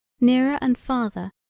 nearer and farther,